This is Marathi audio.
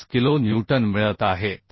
5 किलो न्यूटन मिळत आहेत